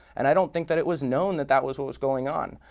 and i don't think that it was known that that was what was going on.